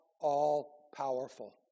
all-powerful